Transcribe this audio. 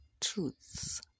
truths